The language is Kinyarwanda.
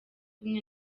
kumwe